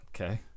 Okay